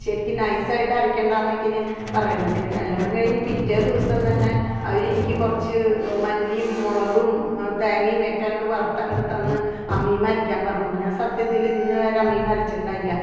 ശരിക്കും നൈസായിട്ട് അരയ്ക്കണ്ട എന്നൊക്കെ ഇന്നെ പറണെ പിന്നെ കല്യാണം കഴിഞ്ഞ് പിറ്റെ ദിവസം തന്നെ അവർ എനിക്ക് കുറച്ച് മല്ലിയും മുളകും തേങ്ങയും ഒക്കെ അങ്ങട് വറുത്ത് അങ്ങട് തന്ന് അമ്മീമെ അരയ്ക്കാൻ പറഞ്ഞു ഞാൻ സത്യത്തിൽ ഇന്നേവരെ അമ്മീമെ അരച്ചിട്ടുണ്ടായില്ല